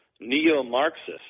neo-Marxist